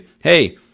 hey